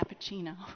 cappuccino